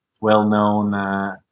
well-known